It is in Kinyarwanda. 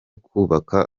kubaka